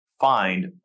find